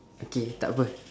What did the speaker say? okay takpa